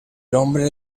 hombre